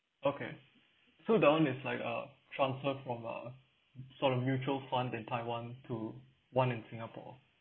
okay so that one is like a transfer from a sort of mutual fund in taiwan to one in singapore